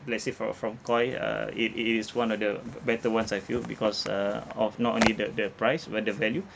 let's say fro~ from Koi uh it it is one of the b~ better ones I feel because uh of not only the the price but the value